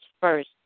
first